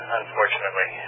unfortunately